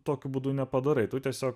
tokiu būdu nepadarai tu tiesiog